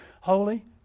holy